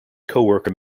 coworker